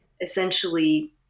essentially